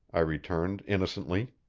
i returned innocently.